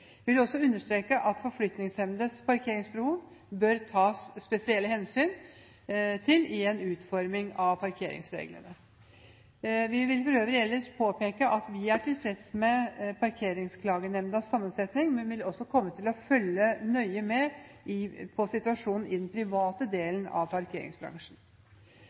i en utforming av parkeringsreglene. Vi vil ellers påpeke at vi er tilfreds med Parkeringsklagenemndas sammensetning, men vi vil også komme til å følge nøye med på situasjonen i den private delen av parkeringsbransjen.